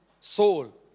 soul